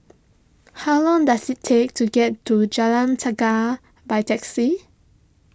how long does it take to get to Jalan by taxi